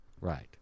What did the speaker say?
Right